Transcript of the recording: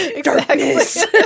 Darkness